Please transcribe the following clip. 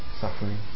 suffering